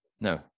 no